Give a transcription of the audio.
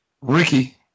Ricky